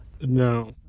No